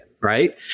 right